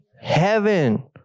heaven